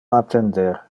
attender